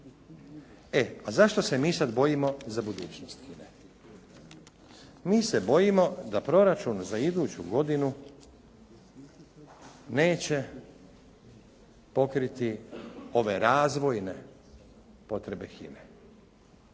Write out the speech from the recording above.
E a zašto se mi sad bojimo za budućnost HINA-e? Mi se bojimo da proračun za iduću godinu neće pokriti ove razvojne potrebe HINA-e.